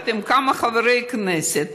יחד עם כמה חברי כנסת,